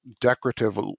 decorative